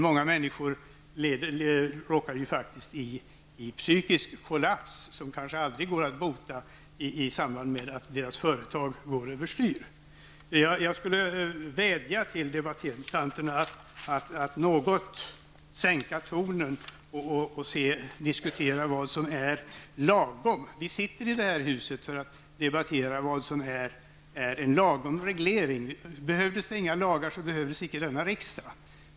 Många människor får faktiskt en psykisk kollaps som kanske aldrig går att bota i samband med att deras företag går över styr. Så jag vädjar till debattörerna att något sänka tonen och diskutera vad som är lagom. Vi sitter ju i det här huset för att debattera vad som är en lagom reglering. Behövdes det inga regler, behövdes inte denna riksdag heller.